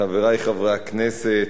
חברי חברי הכנסת,